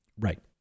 Right